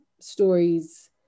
stories